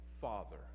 Father